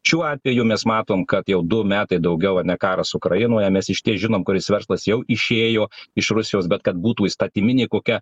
šiuo atveju mes matom kad jau du metai daugiau ane karas ukrainoje mes išties žinom kuris verslas jau išėjo iš rusijos bet kad būtų įstatyminė kokia